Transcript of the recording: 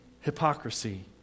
hypocrisy